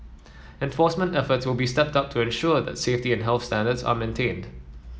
enforcement efforts will be stepped up to ensure that safety and health standards are maintained